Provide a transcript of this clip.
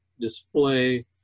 display